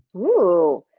ooh,